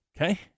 Okay